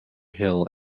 hill